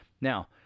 Now